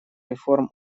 реформ